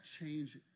change